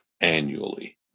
annually